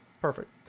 perfect